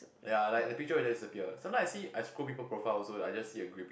ya like the picture will just disappear sometimes I see I scroll people profile also I just see a grey